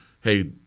hey